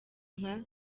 nka